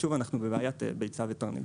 ושוב אנחנו בבעיית ביצה ותרנגולת.